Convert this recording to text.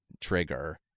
trigger